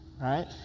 right